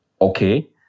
okay